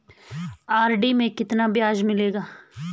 RD में कितना ब्याज मिलेगा?